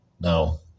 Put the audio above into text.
No